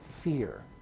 fear